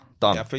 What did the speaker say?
Done